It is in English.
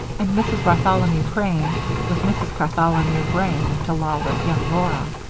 and mrs. bartholomew crane was mrs. cartholomew brane, to lawless young laura.